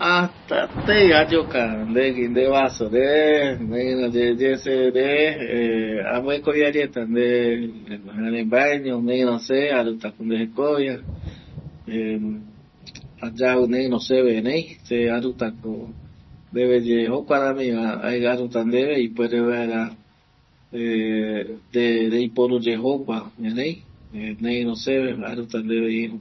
Atatai ayoka ndegui nde vaso re, neiro yeye seve re eh amboekovia yeta nde jarembaeño neiro se aru ta ko nde jekovia eh ayavi neiro se erei, se aruta ko ndeve ye jokua rami va aruta ndeve ipuere vaera eh nde reiporu ye jokua erei, neiro seve aruta ndeve iru